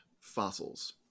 fossils